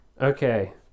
Okay